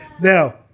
Now